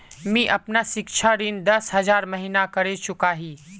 मी अपना सिक्षा ऋण दस हज़ार महिना करे चुकाही